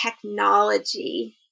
technology